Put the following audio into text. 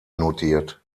notiert